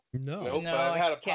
No